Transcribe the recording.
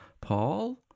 Paul